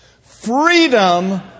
freedom